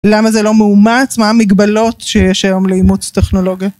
למה זה לא מאומץ מה המגבלות שיש היום לאימוץ טכנולוגיה.